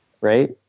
right